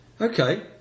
Okay